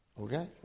Okay